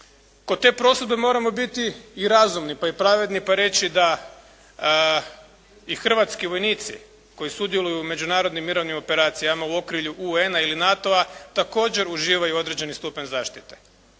Kod te prosudbe moramo biti i razumni pa i pravedni pa reći da i hrvatski vojnici koji sudjeluju u međunarodnim mirovnim operacijama u okrilju UN-a ili NATO-a također uživaju određeni stupanj zaštite